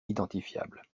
identifiable